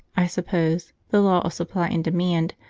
i suppose, the law of supply and demand,